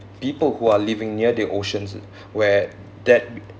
people who are living near the oceans where that